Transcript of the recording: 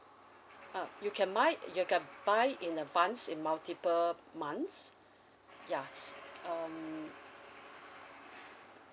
uh you can buy you can buy in advance in multiple months ya s~ um